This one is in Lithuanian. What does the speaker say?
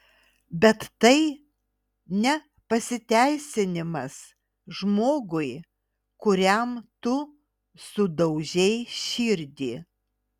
bet tai ne pasiteisinimas žmogui kuriam tu sudaužei širdį